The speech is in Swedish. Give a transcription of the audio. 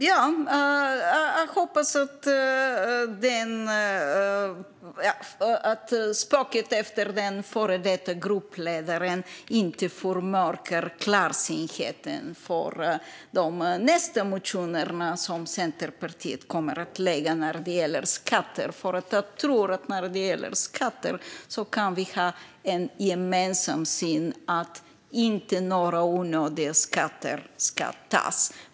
Jag hoppas att spåret efter den före detta gruppledaren inte förmörkar klarsyntheten i de nästa motionerna som Centerpartiet kommer att lägga fram när det gäller skatter. När det gäller skatter kan vi ha en gemensam syn på att vi inte ska ta ut några onödiga skatter.